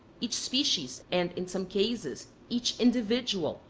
each species, and, in some cases, each individual,